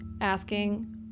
Asking